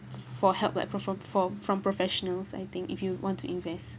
for help but from from from professionals I think if you want to invest